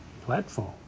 platform